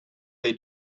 they